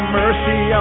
mercy